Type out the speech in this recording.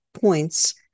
points